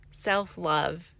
self-love